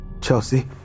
Chelsea